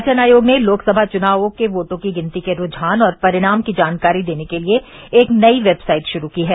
निर्वाचन आयोग ने लोकसभा चुनाव के वोटों की गिनती के रूझान और परिणाम की जानकारी देने के लिए एक नई वेबसाइट श्रू की है